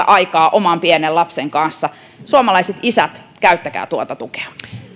aikaa oman pienen lapsen kanssa suomalaiset isät käyttäkää tuota tukea